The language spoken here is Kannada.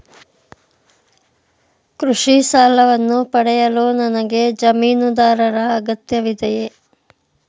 ಕೃಷಿ ಸಾಲವನ್ನು ಪಡೆಯಲು ನನಗೆ ಜಮೀನುದಾರರ ಅಗತ್ಯವಿದೆಯೇ?